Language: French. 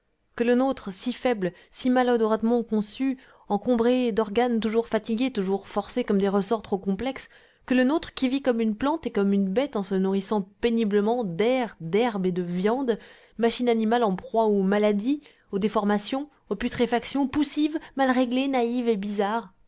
que le nôtre si faible si maladroitement conçu encombré d'organes toujours fatigués toujours forcés comme des ressorts trop complexes que le nôtre qui vit comme une plante et comme une bête en se nourrissant péniblement d'air d'herbe et de viande machine animale en proie aux maladies aux déformations aux putréfactions poussive mal réglée naïve et bizarre